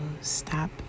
stop